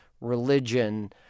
religion